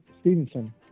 Stevenson